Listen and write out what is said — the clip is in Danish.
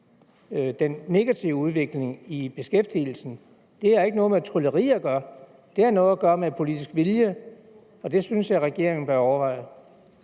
den negative udvikling i beskæftigelsen. Det har ikke noget med trylleri at gøre, det har noget at gøre med politisk vilje. Og det synes jeg regeringen bør overveje.